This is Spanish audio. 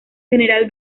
general